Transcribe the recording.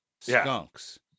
Skunks